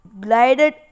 glided